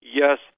yes